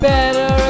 Better